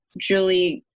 Julie